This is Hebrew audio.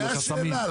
זו השאלה.